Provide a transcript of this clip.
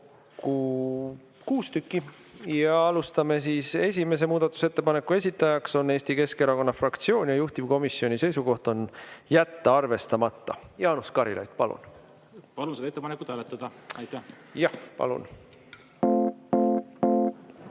Ja alustame siis. Esimese muudatusettepaneku esitajaks on Eesti Keskerakonna fraktsioon ja juhtivkomisjoni seisukoht on jätta arvestamata. Jaanus Karilaid, palun! Palun seda ettepanekut hääletada. Palun